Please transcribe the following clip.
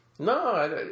No